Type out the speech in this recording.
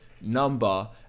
number